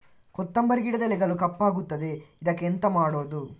ಕೊತ್ತಂಬರಿ ಗಿಡದ ಎಲೆಗಳು ಕಪ್ಪಗುತ್ತದೆ, ಇದಕ್ಕೆ ಎಂತ ಮಾಡೋದು?